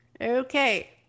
Okay